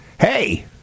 hey